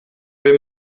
wenn